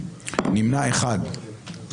אני מבקש מהיושב-ראש זמן היוועצות,